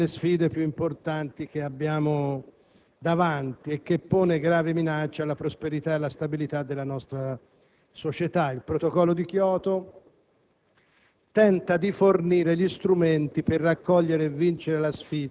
il cambiamento climatico è una delle sfide più importanti che abbiamo davanti e pone gravi minacce alla prosperità e alla stabilità della nostra società. Il Protocollo di Kyoto